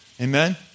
Amen